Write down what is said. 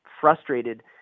frustrated